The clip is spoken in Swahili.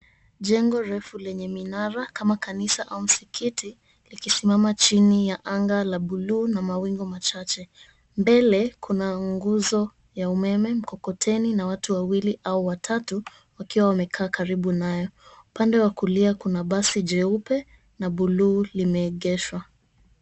Jengo refu lenye minara kama kanisa au msikiti likisimama chini ya anga la buluu na mawingu machache. Mbele kuna nguzo ya umeme, mkokoteni na watu wawili au watatu wakiwa wamekaa karibu nayo. Upande wa kulia kuna basi jeupe na buluu limeegeshwa.